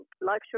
life